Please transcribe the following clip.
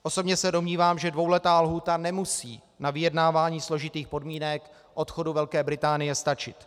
Osobně se domnívám, že dvouletá lhůta nemusí na vyjednávání složitých podmínek odchodu Velké Británie stačit.